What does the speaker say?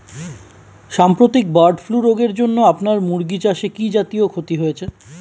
সাম্প্রতিক bird flu রোগের জন্য আপনার মুরগি চাষে কি জাতীয় ক্ষতি হয়েছে?